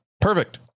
Perfect